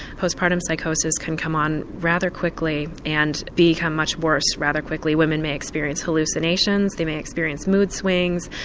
post-partum psychosis can come on rather quickly and become much worse rather quickly women may experience hallucinations, they may experience mood swings,